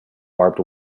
barbed